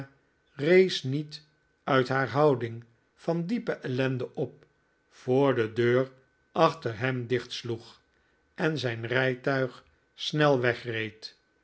rees niet uit haar houding van diepe ellende op voor de deur achter hem dichtsloeg en zijn rijtuig snel wegreed